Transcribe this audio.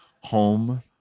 home